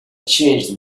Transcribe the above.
changed